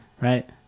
Right